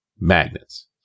magnets